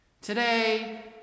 Today